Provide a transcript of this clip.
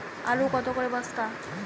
আলু কত করে বস্তা?